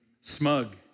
smug